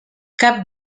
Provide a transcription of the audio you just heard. cap